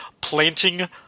planting